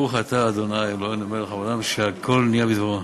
ברוך אתה ה' אלוקינו מלך העולם שהכול נהיה בדברו.